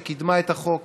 שקידמה את החוק.